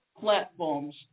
platforms